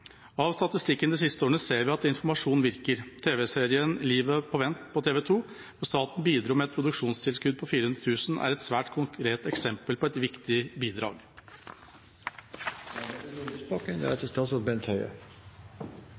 Av statistikken de siste årene ser vi at informasjon virker. TV-serien Livet på vent på TV 2, hvor staten bidro med et produksjonstilskudd på 400 000 kr, er et svært konkret eksempel på et viktig bidrag.